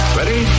Ready